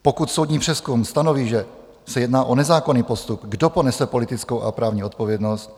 Pokud soudní přezkum stanoví, že se jedná o nezákonný postup, kdo ponese politickou a právní odpovědnost?